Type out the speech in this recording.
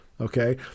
okay